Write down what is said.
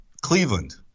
Cleveland